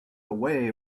away